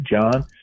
John